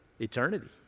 eternity